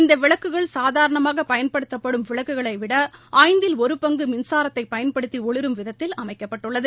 இந்த விளக்குகள் சுதரணமாக பயன்படுத்தப்படும் விளக்குகளை விட ஐந்தில் ஒரு பங்கு மின்சாரத்தை பயன்படுத்தி ஒளிரும் விதத்தில் அமைக்கப்பட்டுள்ளது